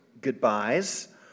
goodbyes